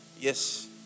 Yes